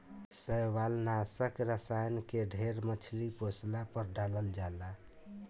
शैवालनाशक रसायन के ढेर मछली पोसला पर डालल जाला